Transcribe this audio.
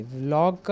vlog